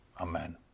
Amen